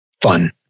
fun